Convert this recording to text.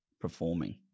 performing